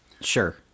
Sure